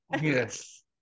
Yes